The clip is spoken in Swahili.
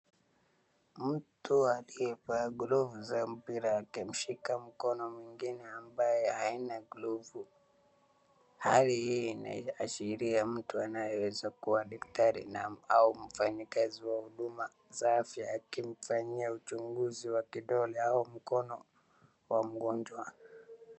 Mtu aliyevaa glovu za mpira akimshika mkono mwingine ambaye haina glovu. Hali hii inaashiria mtu anayeweza kuwa daktari au mfanyikazi wa huduma safi akimfanyia uchunguzi wa kidole au mkono wa mgonjwa.